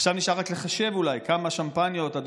ועכשיו נשאר רק לחשב אולי כמה שמפניות וסיגרים,